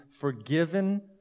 forgiven